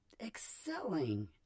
excelling